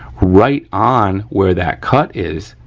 right on where that cut is,